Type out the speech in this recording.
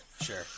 Sure